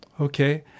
Okay